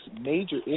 major